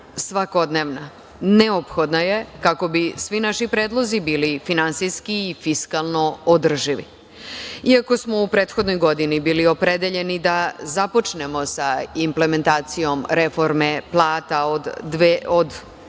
svakodnevna, neophodna je kako bi svi naši predlozi bili finansijski i fiskalno održivi. Iako smo u prethodnoj godini bili opredeljeni da započnemo sa implementacijom reforme plata od